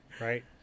right